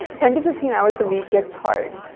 ten to fifteen hours a week gets hard.